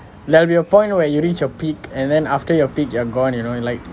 there will be a point where you reach your peak and then after your peak you are gone you know like